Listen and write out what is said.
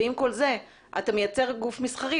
אתה מייצג גוף מסחרי.